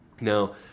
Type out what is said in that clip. Now